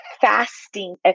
fasting